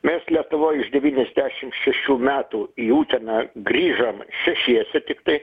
mes lietuvoj iš devyniasdešim šešių metų į uteną grįžom šešiese tiktai